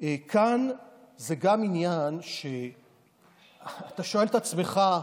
כאן זה גם עניין שאתה שואל את עצמך,